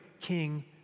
king